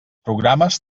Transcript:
programes